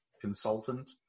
consultant